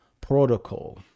protocol